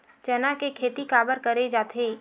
चना के खेती काबर करे जाथे?